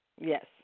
Yes